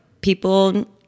people